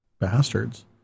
Bastards